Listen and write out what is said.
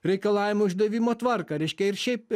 reikalavimų išdavimo tvarką reiškia ir šiaip